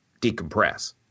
decompress